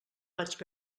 vaig